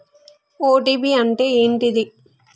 OTP అంటే ఏంటిది?